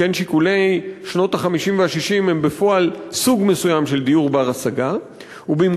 שכן שיכוני שנות ה-50 וה-60 הם בפועל דיור בר-השגה כיום.